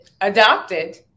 Adopted